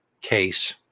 case